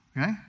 okay